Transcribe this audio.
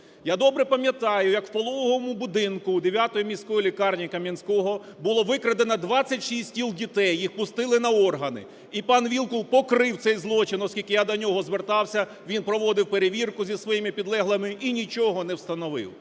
Я добре пам'ятаю як в пологовому будинку 9-ї міської лікарні Кам'янського було викрадено 26 тіл дітей, їх пустили на органи і пан Вілкул покрив цей злочин, оскільки я до нього звертався, він проводив перевірку зі своїми підлеглими і нічого не встановив.